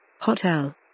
Hotel